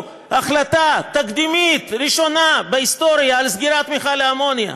החלטה תקדימית ראשונה בהיסטוריה על סגירת מכל האמוניה.